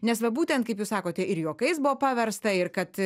nes va būtent kaip jūs sakote ir juokais buvo paversta ir kad